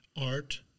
art